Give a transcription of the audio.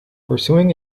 pursuing